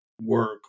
work